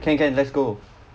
can can let's go